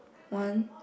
one